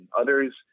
others